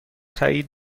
تایید